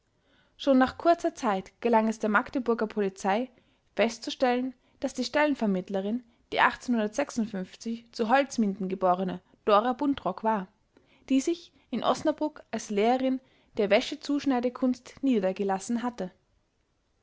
schon nach kurzer zeit gelang es der magdeburger polizei festzustellen daß die stellenvermittlerin die zu holzminden geborene dora buntrock war die sich in osnabrück als lehrerin der wäschezuschneidekunst niedergelassen hatte